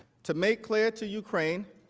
to make clear to ukraine,